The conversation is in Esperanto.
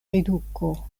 eduko